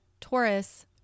Taurus